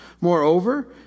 Moreover